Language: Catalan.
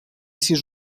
sis